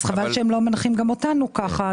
אז חבל שהם לא מנחים גם אותנו כך.